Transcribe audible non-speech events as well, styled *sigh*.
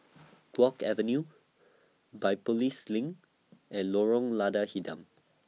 *noise* Guok Avenue Biopolis LINK and Lorong Lada Hitam